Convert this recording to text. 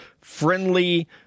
friendly